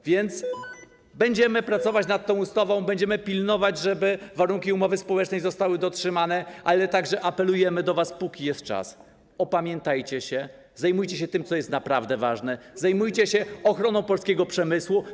A więc będziemy pracować nad tą ustawą, będziemy pilnować, żeby warunki umowy społecznej zostały dotrzymane, ale także apelujemy do was, póki jest czas: opamiętajcie się, zajmujcie się tym, co jest naprawdę ważne, zajmujcie się ochroną polskiego przemysłu.